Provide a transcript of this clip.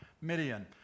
Midian